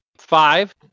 Five